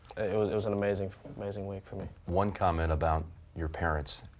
it was. it was an amazing amazing week for me. one comment about your parents.